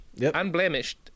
unblemished